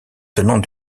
tenante